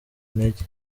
intege